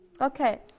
Okay